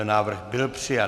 Návrh byl přijat.